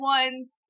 ones